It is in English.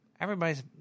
Everybody's